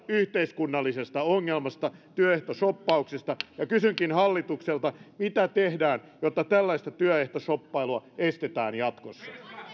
yhteiskunnallisesta ongelmasta työehtoshoppauksesta kysynkin hallitukselta mitä tehdään jotta tällaista työehtoshoppailua estetään jatkossa